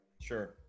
sure